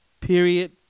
period